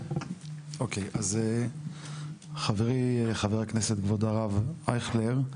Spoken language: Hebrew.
אוקי, אז חברי, חבר הכנסת, כבודו, הרב אייכלר,